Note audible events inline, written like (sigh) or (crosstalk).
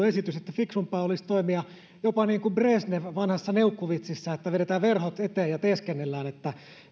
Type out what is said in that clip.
(unintelligible) esitys että fiksumpaa olisi toimia jopa niin kuin breznev vanhassa neukkuvitsissä että vedetään verhot eteen ja teeskennellään että